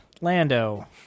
Lando